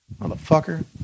motherfucker